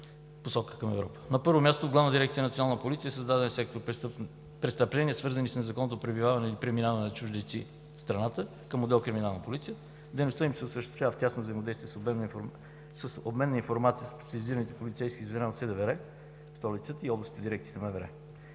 На първо място, Главна дирекция „Национална полиция“ създаде сектор „Престъпления, свързани с незаконното пребиваване и преминаване на чужденци в страната“ към отдел „Криминална полиция, а дейността им се осъществява в тясно взаимодействие с обмена на информация между специализираните полицейски звена от СДВР в столицата и областните дирекции на МВР.